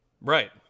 Right